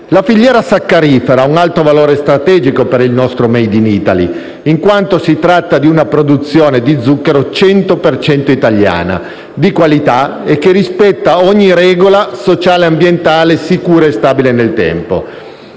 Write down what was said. La filiera saccarifera ha un alto valore strategico per il nostro *made in Italy*, in quanto si tratta di una produzione di zucchero 100 per cento italiana, di qualità e che rispetta ogni regola sociale, ambientale, sicura e stabile nel tempo.